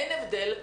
אין הבדל.